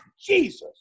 Jesus